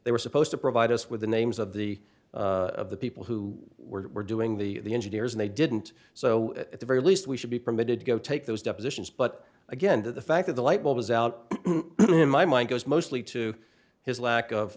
they were supposed to provide us with the names of the of the people who were doing the injured ears and they didn't so at the very least we should be permitted to go take those depositions but again to the fact that the light bulb was out in my mind goes mostly to his lack of